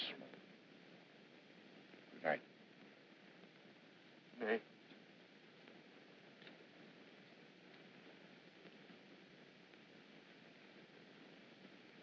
some